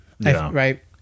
right